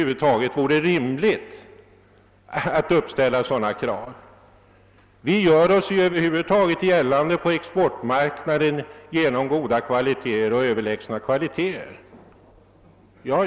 Vi gör oss ju över huvud taget gällande på exportmarknaden genom god kvalitet på våra produkter.